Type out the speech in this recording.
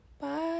Bye